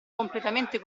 completamente